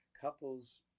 couples